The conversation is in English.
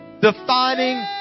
defining